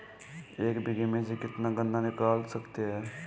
एक बीघे में से कितना गन्ना निकाल सकते हैं?